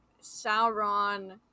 sauron